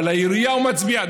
אבל לעירייה הוא מצביע.